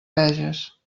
veges